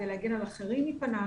כדי להגן על אחרים מפניו,